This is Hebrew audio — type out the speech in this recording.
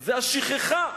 זה השכחה,